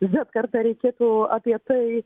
zet karta reikėtų apie tai